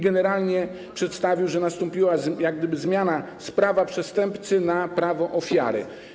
Generalnie przedstawił, że nastąpiła zmiana z prawa przestępcy na prawo ofiary.